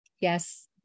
Yes